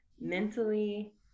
mentally